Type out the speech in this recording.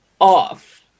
off